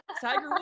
Tiger